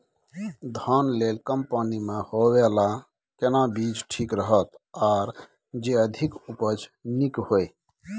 धान लेल कम पानी मे होयबला केना बीज ठीक रहत आर जे अधिक उपज नीक होय?